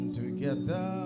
together